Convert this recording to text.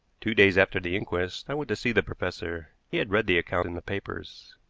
two days after the inquest i went to see the professor. he had read the account in the papers.